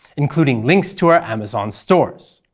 including links to our amazon stores.